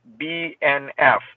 BNF